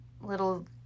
little